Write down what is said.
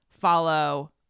follow